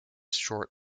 short